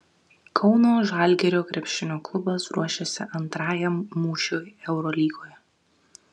kauno žalgirio krepšinio klubas ruošiasi antrajam mūšiui eurolygoje